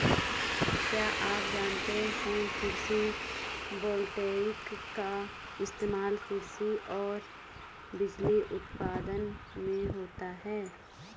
क्या आप जानते है कृषि वोल्टेइक का इस्तेमाल कृषि और बिजली उत्पादन में होता है?